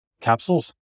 Capsules